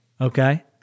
Okay